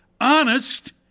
honest